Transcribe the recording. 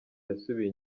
yasubiye